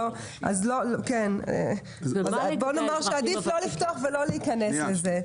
אז בוא נאמר שעדיף לא לפתוח ולא להיכנס לזה.